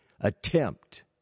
attempt